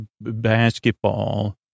basketball